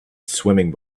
swimming